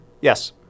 Yes